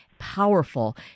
Powerful